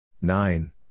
Nine